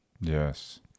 Yes